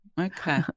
okay